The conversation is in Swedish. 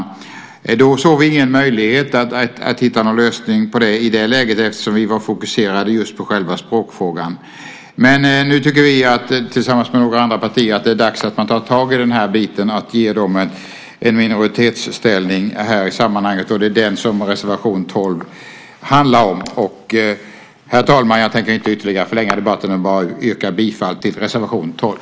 I det läget såg vi ingen möjlighet att hitta någon lösning på det eftersom vi var fokuserade just på själva språkfrågan. Men nu tycker vi, tillsammans med några andra partier, att det är dags att man tar tag i detta och ger dem en minoritetsställning i detta sammanhang. Det är detta som reservation 12 handlar om. Herr talman! Jag tänker inte förlänga debatten ytterligare, jag yrkar bara bifall till reservation 12.